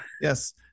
yes